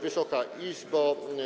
Wysoka Izbo!